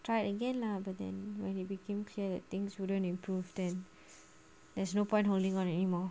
try again lah but then when it became clear that things you wouldn't improve then there's no point holding on anymore